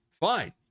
fine